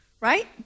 right